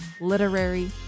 literary